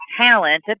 talented